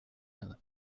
eine